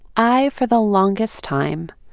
i, for the longest time,